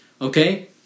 Okay